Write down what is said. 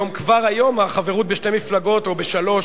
כבר היום החברות בשתי מפלגות או בשלוש